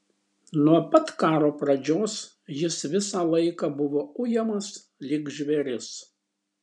nuo pat karo pradžios jis visą laiką buvo ujamas lyg žvėris